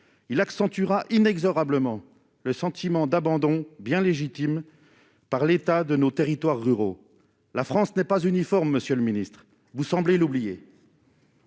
il accentuera inexorablement le sentiment d'abandon bien légitime par l'état de nos territoires ruraux, la France n'est pas uniforme, Monsieur le Ministre, vous semblez l'oublier.